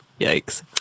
Yikes